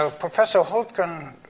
ah professor hultgren